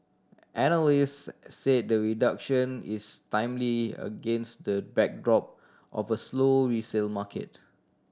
analyst said the reduction is timely against the backdrop of a slow resale market